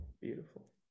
beautiful